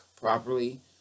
properly